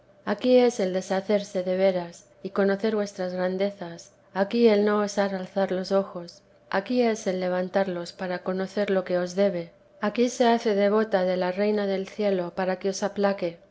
aquí es el deshacerse de veras y conocer vuestras grandezas aquí el no osar alzar los ojos aquí es el levantarlos para conocer lo que os debe aquí se hace devota de la reina del cielo para que os aplaque